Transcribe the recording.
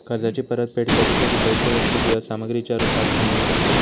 कर्जाची परतफेड कधी कधी पैशे वस्तू किंवा सामग्रीच्या रुपात पण होऊ शकता